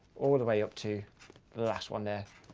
all the way up to the last one there,